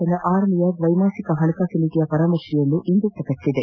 ತನ್ನ ಆರನೇ ದ್ವೈ ಮಾಸಿಕ ಹಣಕಾಸು ನೀತಿಯ ಪರಾಮರ್ಶೆಯನ್ನು ಇಂದು ಪ್ರಕಟಿಸಿದೆ